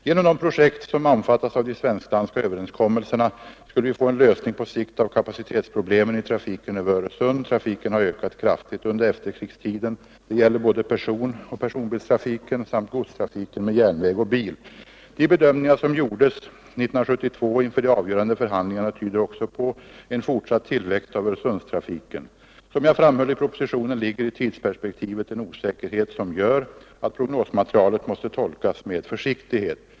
Genom de projekt som omfattas av de svensk-danska överenskommelserna skulle vi få en lösning på sikt av kapacitetsproblemen i trafiken över Öresund. Trafiken har ökat kraftigt under efterkrigstiden. Det gäller både personoch personbilstrafiken samt godstrafiken med järnväg och lastbil. De bedömningar som gjordes 1972 inför de avgörande förhandlingarna tyder också på en fortsatt tillväxt av Öresundstrafiken. Som jag framhöll i propositionen ligger i tidsperspektivet en osäkerhet, som gör att prognosmaterialet måste tolkas med försiktighet.